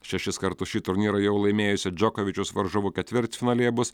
šešis kartus šį turnyrą jau laimėjusio džokovičiaus varžovu ketvirtfinalyje bus